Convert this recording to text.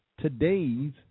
today's